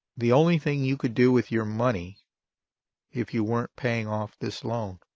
the only thing you could do with your money if you weren't paying off this loan